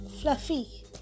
Fluffy